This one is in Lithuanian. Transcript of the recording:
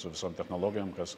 su visom technologijom kas